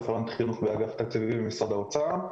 רפרנט חינוך באגף תקציבים במשרד האוצר.